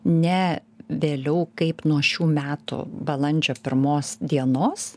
ne vėliau kaip nuo šių metų balandžio pirmos dienos